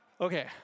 Okay